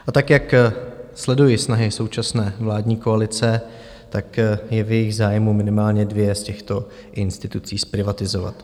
A tak jak sleduji snahy současné vládní koalice, tak je v jejich zájmu minimálně dvě z těchto institucí zprivatizovat.